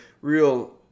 real